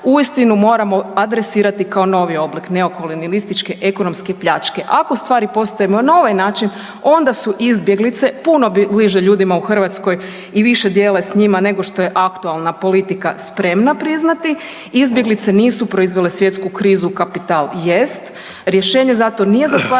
uistinu moramo adresirati kao novi oblik neokolonijalističke ekonomske pljačke. Ako stvari postavimo na ovaj način onda su izbjeglice puno bliže ljudima u Hrvatskoj i više dijele s njima nego što je aktualna politika spremna priznati. Izbjeglice nisu proizvele svjetsku krizu, kapital jest. Rješenje za to nije zatvaranje